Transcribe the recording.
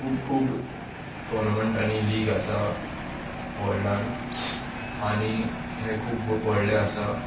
खूब खूब टोनमंट आनी लीग आसा वळ्डान आनी हें खूब्ब व्हडलें आसा